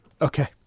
Okay